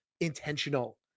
intentional